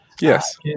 yes